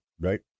Right